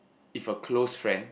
if a close friend